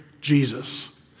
Jesus